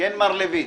כן, מר לויט.